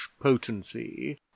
potency